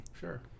sure